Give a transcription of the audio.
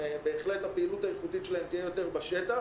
הפעילות הייחודית שלהם תהיה יותר בשטח,